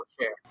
chair